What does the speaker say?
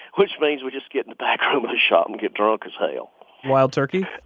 which means we just get in the back room of the shop and get drunk as hell yeah wild turkey?